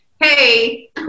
hey